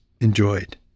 enjoyed